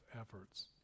efforts